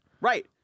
Right